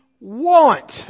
want